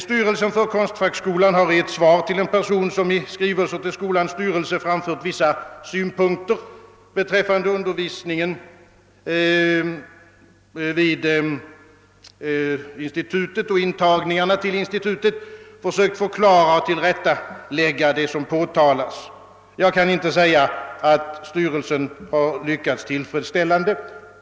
Styrelsen för konstfackskolan har i ett svar till en person som i skrivelse till skolans styrelse framfört vissa synpunkter beträffande undervisningen vid institutet och intagningarna till institutet försökt att förklara och tillrättalägga det som påtalats. Jag kan inte säga att styrelsen därvidlag lyckades tillfredsställande.